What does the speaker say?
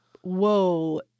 whoa